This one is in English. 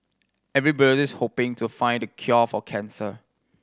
everybody's hoping to find the cure for cancer